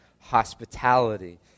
hospitality